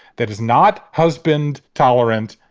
that is not husband tolerant.